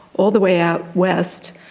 all the way out west,